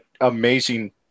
amazing